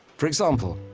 for example,